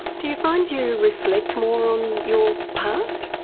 do you find you reflect more on your past?